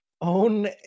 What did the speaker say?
Own